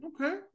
Okay